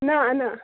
نا نا